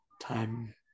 time